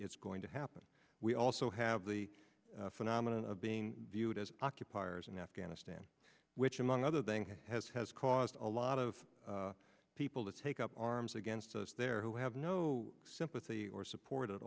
it's going to happen we also have the phenomenon of being viewed as occupiers in afghanistan which among other things has has caused a lot of people to take up arms against us there who have no sympathy or support at